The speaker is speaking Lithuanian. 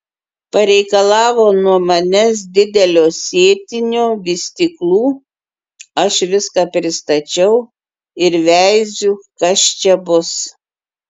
pareikalavo nuo manęs didelio sėtinio vystyklų aš viską pristačiau ir veiziu kas čia bus